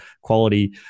quality